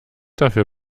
dafür